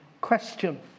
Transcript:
question